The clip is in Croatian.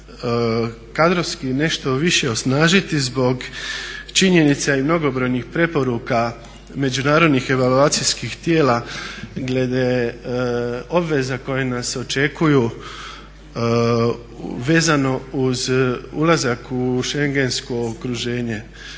kadrovski nešto više osnažiti zbog činjenica i mnogobrojnih preporuka međunarodnih evaluacijskih tijela glede obveza koje nas očekuju vezano uz ulazak u šengensko okruženje.